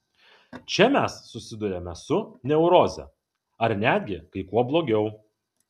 čia mes susiduriame su neuroze ar netgi kai kuo blogiau